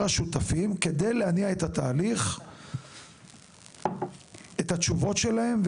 השותפים כדי להניע את התהליך ואת התשובות שלהם,